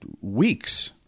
weeks